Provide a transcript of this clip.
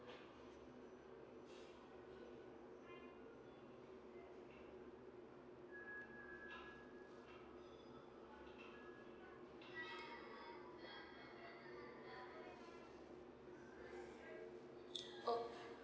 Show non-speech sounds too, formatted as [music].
[noise] oh